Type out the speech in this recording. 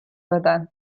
веде